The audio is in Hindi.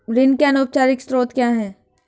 ऋण के अनौपचारिक स्रोत क्या हैं?